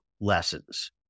lessons